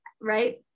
right